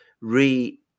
re-